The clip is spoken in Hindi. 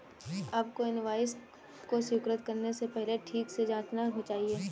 आपको इनवॉइस को स्वीकृत करने से पहले ठीक से जांचना चाहिए